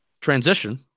transition